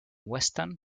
weston